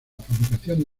fabricación